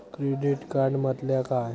Credit card म्हटल्या काय?